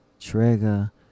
Trigger